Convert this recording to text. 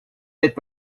n’êtes